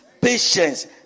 patience